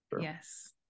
yes